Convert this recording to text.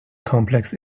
complex